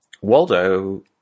Waldo